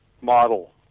model